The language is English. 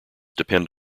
depend